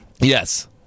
Yes